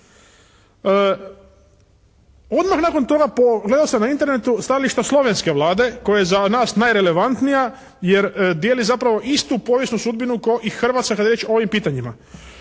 Odmah nakon toga pogledao sam na Internetu stajališta slovenske Vlade koja je za nas najrelevantnija jer dijeli zapravo istu povijesnu sudbinu kao i Hrvatska kad je riječ o ovim pitanjima.